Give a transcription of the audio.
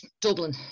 Dublin